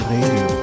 Radio